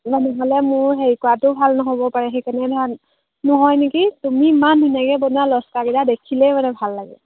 নহ'লে মোৰ হেৰি কৰাটো ভাল নহ'ব পাৰে সেইকাৰণে ধৰা নহয় নেকি তুমি ইমান ধুনীয়াকৈ বনোৱা লচকৰাকেইটা দেখিলেই মানে ভাল লাগে